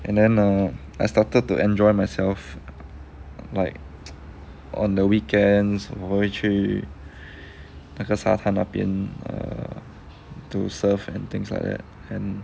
and then err I started to enjoy myself like on the weekends 我会去那个沙滩那边 err to surf and things like that and